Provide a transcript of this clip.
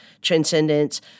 transcendence